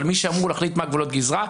אבל מי שאמור להחליט מהם גבולות הגזרה,